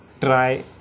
try